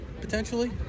potentially